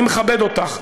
אני מכבד אותך,